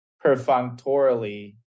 perfunctorily